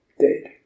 dead